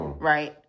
Right